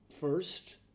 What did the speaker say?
first